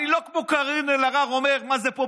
אני לא כמו קארין אלהרר אומר: מה זה פה,